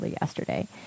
yesterday